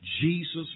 Jesus